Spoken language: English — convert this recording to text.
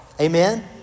Amen